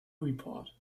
report